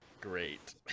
Great